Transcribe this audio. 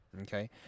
okay